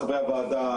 חברי הוועדה,